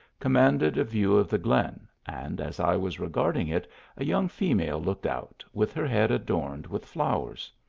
commanded a view of the glen, and as i was regarding it a young female looked out, with her head adorned with flowers.